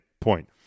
point